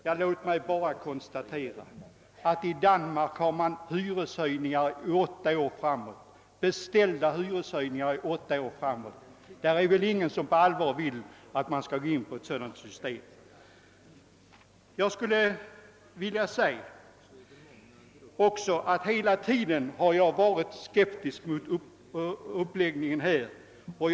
Det har här talats om förhållandena i Danmark på detta område. Låt mig bara konstatera, att man i Danmark har beställda hyreshöjningar för åtta år framåt. Det är väl ingen som på allvar Önskar att vi skall gå in för ett sådant system här. Jag skulle också vilja säga att jag hela tiden har varit skeptisk mot den uppläggning som nu gjorts.